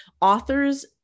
authors